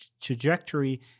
trajectory